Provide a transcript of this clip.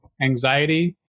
anxiety